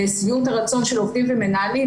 שביעות הרצון של עובדים ומנהלים.